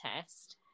test